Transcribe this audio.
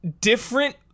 different